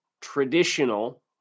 traditional